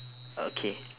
okay